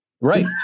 Right